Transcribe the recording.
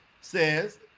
says